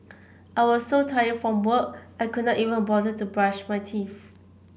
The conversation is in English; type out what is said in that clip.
I was so tired from work I could not even bother to brush my teeth